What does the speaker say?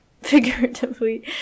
figuratively